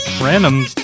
Random